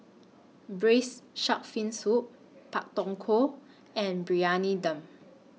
Raised Shark Fin Soup Pak Thong Ko and Briyani Dum